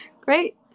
Great